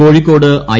Kozhikode I